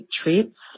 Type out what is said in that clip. treats